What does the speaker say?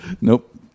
Nope